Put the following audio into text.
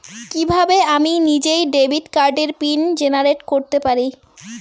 কিভাবে আমি নিজেই ডেবিট কার্ডের পিন জেনারেট করতে পারি?